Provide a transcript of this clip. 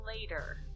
later